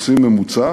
עושים ממוצע